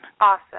Awesome